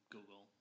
Google